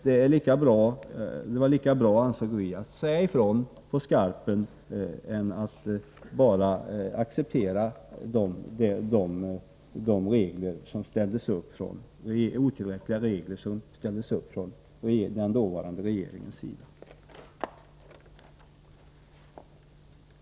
Det var bättre, ansåg vi, att säga ifrån på skarpen än att bara acceptera de otillräckliga regler som ställdes upp från den dåvarande regeringens sida.